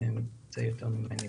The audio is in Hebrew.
הוא מתמצא יותר ממני